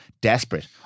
desperate